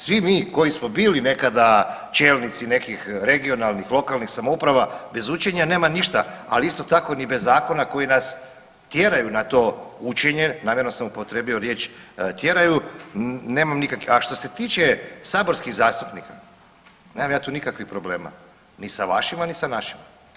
Svi mi koji smo bili nekada čelnici nekih regionalnih, lokalnih samouprava, bez učenja nema ništa, ali isto tako ni bez zakona koji nas tjeraju na to učenje, namjerno sam upotrijebio riječ tjeraju, nemam .../nerazumljivo/... a što se tiče saborskih zastupnika, nemam ja tu nikakvih problema, ni sa vašima ni sa našima.